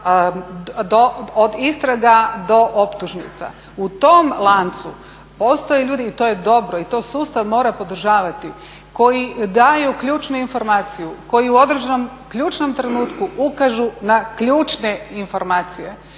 od istraga do optužnica, u tom lancu postoje ljudi i to je dobro i to sustav mora podržavati, koji daju ključnu informaciju, koji u određenom ključnom trenutku ukažu na ključne informacije